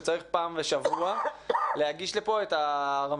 שצריך פעם בשבוע להגיש לפה את הרמזור.